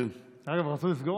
אגב, רצו לסגור אותה.